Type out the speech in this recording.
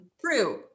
true